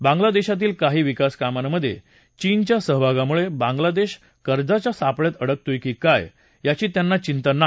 बांगलादेशातील काही विकासकामांमधे चीनच्या सहभागामुळे बांगलादेश कर्जाच्या सापळ्यात अडकतोय की काय याची त्यांना चिंता नाही